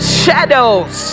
shadows